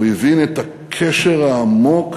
הוא הבין את הקשר העמוק